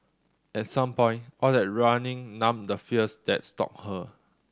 at some point all that running numbed the fears that stalked her